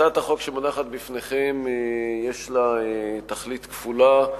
הצעת החוק שמונחת בפניכם יש לה תכלית כפולה,